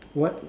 what